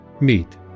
meet